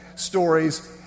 stories